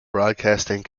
broadcasting